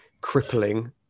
crippling